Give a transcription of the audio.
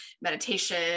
meditation